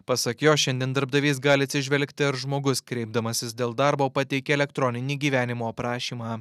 pasak jo šiandien darbdavys gali atsižvelgti ar žmogus kreipdamasis dėl darbo pateikia elektroninį gyvenimo aprašymą